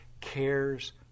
cares